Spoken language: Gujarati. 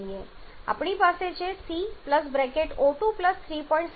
તેથી આપણી પાસે છે C O2 3